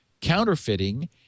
counterfeiting